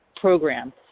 program